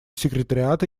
секретариата